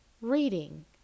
reading